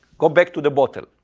go back to the bottle.